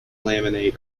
laminate